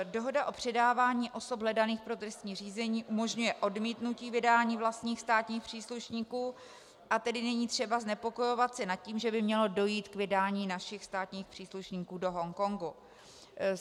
Dohoda o předávání osob hledaných pro trestní řízení umožňuje odmítnutí vydání vlastních státních příslušníků, a tedy není třeba znepokojovat se nad tím, že by mělo dojít k vydání našich státních příslušníků do Hongkongu.